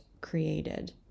created